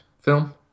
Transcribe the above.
film